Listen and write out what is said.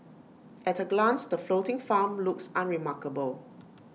at A glance the floating farm looks unremarkable